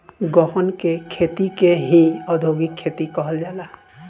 गहन के खेती के ही औधोगिक खेती कहल जाला